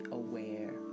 aware